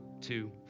two